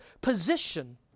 position